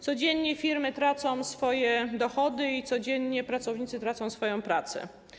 Codziennie firmy tracą swoje dochody i codziennie pracownicy tracą swoją pracę.